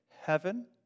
heaven